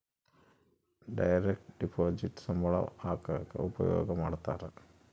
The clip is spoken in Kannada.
ಡೈರೆಕ್ಟ್ ಡಿಪೊಸಿಟ್ ಸಂಬಳ ಹಾಕಕ ಉಪಯೋಗ ಮಾಡ್ತಾರ